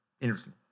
interesting